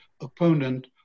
opponent